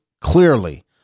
clearly